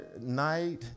night